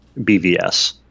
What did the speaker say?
BVS